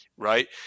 right